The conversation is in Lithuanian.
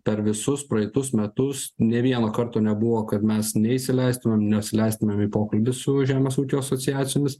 per visus praeitus metus nė vieno karto nebuvo kad mes neįsileistumėm nesileistumėm į pokalbį su žemės ūkio asociacijomis